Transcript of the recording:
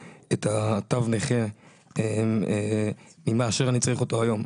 תו הנכה יותר מאשר אני צריך אותו היום.